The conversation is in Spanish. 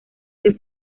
que